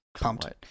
pumped